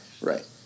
Right